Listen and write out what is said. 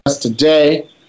today